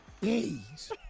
days